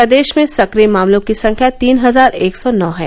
प्रदेश में सक्रिय मामलों की संख्या तीन हजार एक सौ नौ है